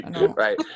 Right